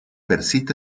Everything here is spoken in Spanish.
persiste